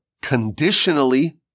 conditionally